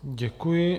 Děkuji.